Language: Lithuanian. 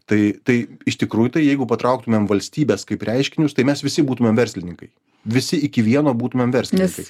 tai tai iš tikrųjų tai jeigu patrauktumėm valstybės kaip reiškinius tai mes visi būtumėm verslininkai visi iki vieno būtumėm verslininkai